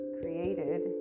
created